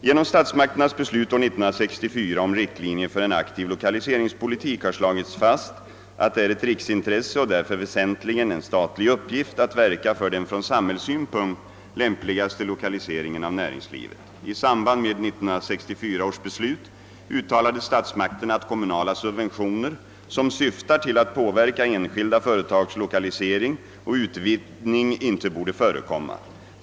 Genom statsmakternas beslut år 1964 om riktlinjer för en aktiv lokaliseringspolitik har slagits fast att det är ett riksintresse och därför väsentligen en statlig uppgift att verka för den från samhällssynpunkt lämpligaste lokaliseringen av näringslivet. I samband med 1964 års beslut uttalade statsmakterna att kommunala subventioner som syftar till att påverka enskilda företags 1okalisering och utvidgning inte borde förekomma.